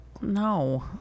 No